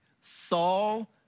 Saul